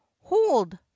hold